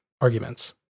arguments